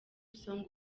song